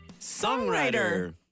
songwriter